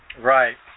right